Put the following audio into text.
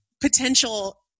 potential